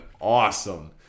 awesome